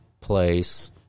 place